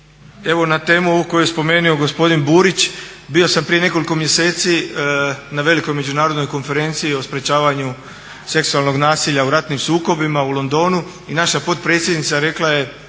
evo na temu ovu koju je spomenuo gospodin Burić na velikoj međunarodnoj konferenciji o sprječavanju seksualnog nasilja u ratnim sukobima u Londonu i naša potpredsjednica rekla je,